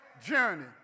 journey